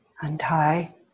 untie